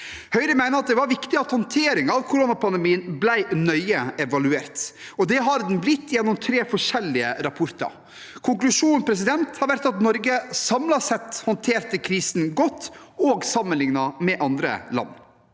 Høyre mener det var viktig at håndteringen av koronapandemien ble nøye evaluert, og det har den blitt gjennom tre forskjellige rapporter. Konklusjonen har vært at Norge samlet sett håndterte krisen godt, også sammenlignet med andre land.